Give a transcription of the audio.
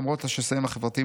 למרות השסעים החברתיים,